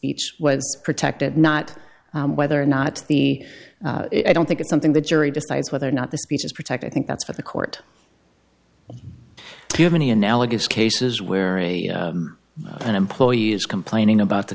speech was protected not whether or not the i don't think it's something the jury decides whether or not the speech is protected i think that's what the court do you have any analogous cases where an employee is complaining about the